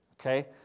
Okay